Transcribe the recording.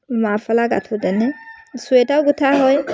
মাফলা গাঁঠোতেনে চুৱেটাও গোঁঠা হয়